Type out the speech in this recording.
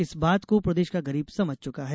इस बात को प्रदेश का गरीब समझ चुका है